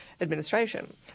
administration